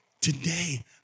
today